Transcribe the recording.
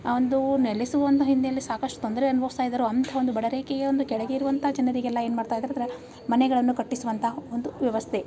ಒಂದು ನೆಲೆಸು ಒಂದು ಹಿನ್ನೆಲೆ ಸಾಕಷ್ಟು ತೊಂದರೆ ಅನುಭವ್ಸ್ತಾ ಇದ್ದಾರೋ ಅಂಥ ಒಂದು ಬಡ ರೇಖೆಯ ಒಂದು ಕೆಳಗಿರುವಂಥ ಜನರಿಗೆಲ್ಲ ಏನು ಮಾಡ್ತಾ ಇದಾರಂದ್ರೆ ಮನೆಗಳನ್ನು ಕಟ್ಟಿಸುವಂಥ ಒಂದು ವ್ಯವಸ್ಥೆ